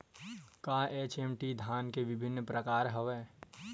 का एच.एम.टी धान के विभिन्र प्रकार हवय?